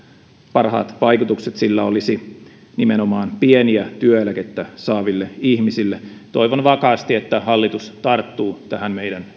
parhaat vaikutukset sillä olisi nimenomaan pientä työeläkettä saaville ihmisille toivon vakaasti että hallitus tarttuu tähän meidän